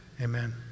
Amen